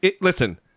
listen